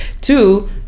Two